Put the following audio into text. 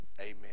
amen